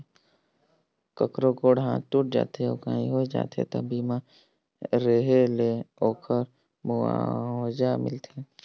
कखरो गोड़ हाथ टूट जाथे अउ काही होय जाथे त बीमा रेहे ले ओखर मुआवजा मिलथे